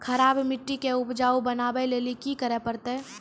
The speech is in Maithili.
खराब मिट्टी के उपजाऊ बनावे लेली की करे परतै?